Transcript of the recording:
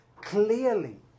clearly